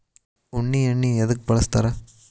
ಉಣ್ಣಿ ಎಣ್ಣಿ ಎದ್ಕ ಬಳಸ್ತಾರ್?